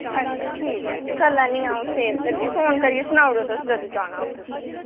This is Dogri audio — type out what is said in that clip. अच्छा ठीक ऐ करी लैन्नी आं अ'ऊं सेव ते फ्ही फोन करियै सनाई ओड़ेओ तुस जदूं जाना होग तुसें